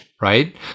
right